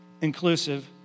inclusive